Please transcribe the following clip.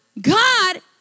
God